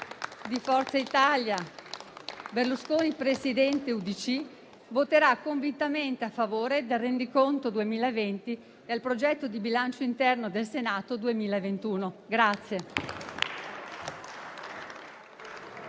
Forza Italia Berlusconi Presidente-UDC voterà convintamente a favore del rendiconto 2020 e del progetto di bilancio interno del Senato 2021.